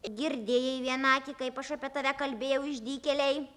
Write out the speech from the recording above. girdėjai vienaaki kaip aš apie tave kalbėjau išdykėlei